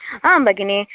आम् भगिनी